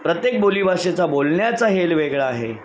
प्रत्येक बोलीभाषेचा बोलण्याचा हेल वेगळा आहे